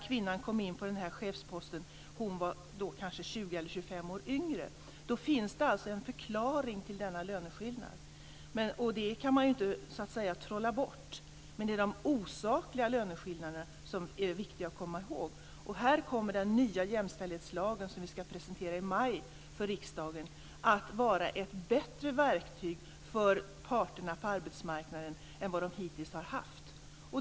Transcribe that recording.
Kvinnan var kanske 20 eller 25 år yngre när hon kom in på chefsposten. Då finns det alltså en förklaring till denna löneskillnad. Det kan man inte trolla bort. Men det är de osakliga löneskillnaderna som är viktiga att komma ihåg. Här kommer den nya jämställdhetslagen, som vi ska presentera i maj för riksdagen, att vara ett bättre verktyg för parterna på arbetsmarknaden än vad de hittills har haft.